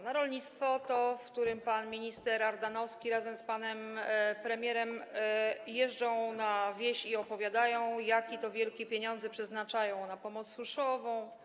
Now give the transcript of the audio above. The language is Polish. Na rolnictwo - to, w związku z którym pan minister Ardanowski razem z panem premierem jeżdżą na wieś i opowiadają, jakie to wielkie pieniądze przeznaczają na pomoc suszową.